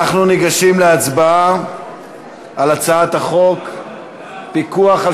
אנחנו ניגשים להצבעה על הצעת חוק הפיקוח על